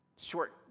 Short